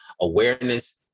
awareness